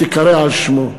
תיקרא על שמו.